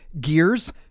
gears